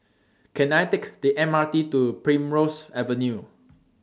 Can I Take The M R T to Primrose Avenue